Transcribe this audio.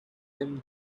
them